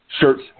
shirts